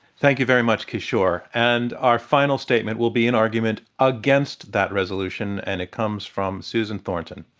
thank you very much, kishore. and our final statement will be an argument against that resolution. and it comes from susan thornton.